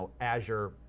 Azure